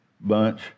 bunch